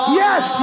yes